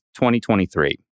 2023